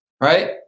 right